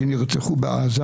שנרצחו בעזה.